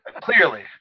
Clearly